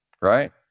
right